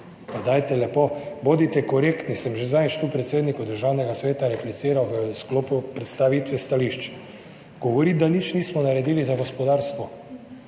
Pa dajte, bodite lepo korektni, sem že zadnjič tu predsedniku Državnega sveta repliciral v sklopu predstavitve stališč. Govoriti, da nič nismo naredili za gospodarstvo,